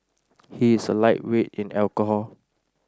he is a lightweight in alcohol